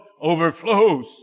overflows